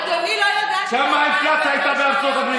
אדוני לא יודע שב-2009 היה משבר?